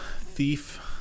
Thief